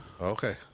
Okay